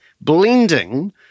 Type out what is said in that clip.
blending